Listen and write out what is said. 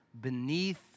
beneath